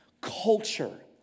Culture